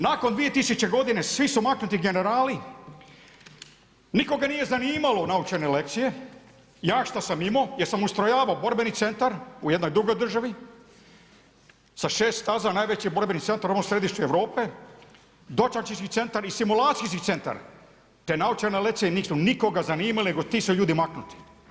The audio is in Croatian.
Nakon 2000 godine svi su maknuti generali, nikoga nije zanimalo naučene lekcije, ja što sam imao jer sam ustrojavao borbeni centar u jednoj drugoj državi sa 6 staza, najveći borbeni centar u ovom središtu Europe, dočasnički centar i simulacijski centar, te naučene lekcije nisu nikoga zanimali, nego ti su ljudi maknuti.